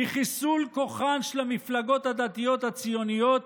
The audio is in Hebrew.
היא חיסול כוחן של המפלגות הדתיות הציוניות